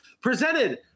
presented